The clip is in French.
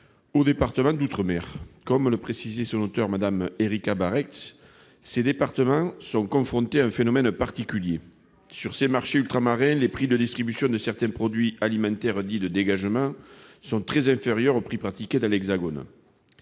la proposition à l'Assemblée nationale, Mme Ericka Bareigts, ces départements sont confrontés à un phénomène particulier. Sur ces marchés ultramarins, les prix de distribution de certains produits alimentaires dits de « dégagement » sont très inférieurs aux prix pratiqués dans l'Hexagone.